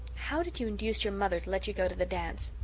how did you induce your mother to let you go to the dance?